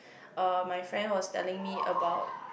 uh my friend was telling me about